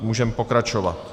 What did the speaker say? Můžeme pokračovat.